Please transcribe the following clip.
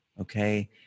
okay